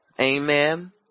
Amen